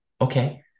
Okay